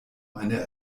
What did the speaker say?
eine